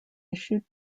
issued